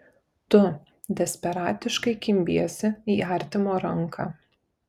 tu desperatiškai kimbiesi į artimo ranką